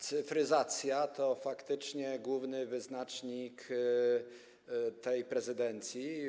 Cyfryzacja to faktycznie główny wyznacznik tej prezydencji.